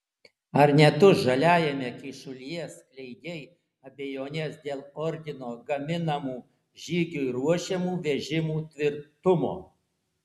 ar ne tu žaliajame kyšulyje skleidei abejones dėl ordino gaminamų žygiui ruošiamų vežimų tvirtumo